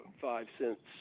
five-cents